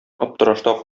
аптырашта